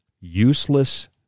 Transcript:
useless